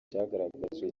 cyagaragajwe